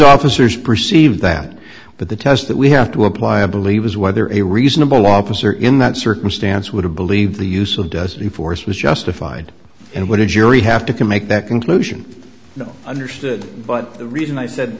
officers perceive that but the test that we have to apply i believe is whether a reasonable officer in that circumstance would have believed the use of does the force was justified and what a jury have to can make that conclusion under good but the reason i said